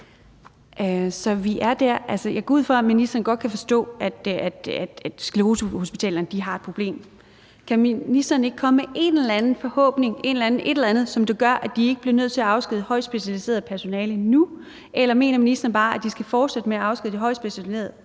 jeg går ud fra, at ministeren godt kan forstå, at sklerosehospitalerne har et problem. Kan ministeren ikke komme med en eller anden forhåbning, et eller andet, som gør, at de ikke bliver nødt til at afskedige højt specialiseret personale nu? Eller mener ministeren bare, at de skal fortsætte med at afskedige det højt specialiserede personale?